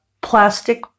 plastic